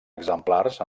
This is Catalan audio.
exemplars